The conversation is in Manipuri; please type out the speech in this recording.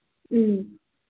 ꯎꯝ